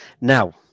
Now